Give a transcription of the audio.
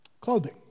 Clothing